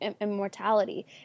immortality